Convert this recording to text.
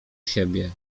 siebie